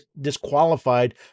disqualified